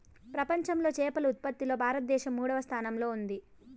ప్రపంచంలో చేపల ఉత్పత్తిలో భారతదేశం మూడవ స్థానంలో ఉంది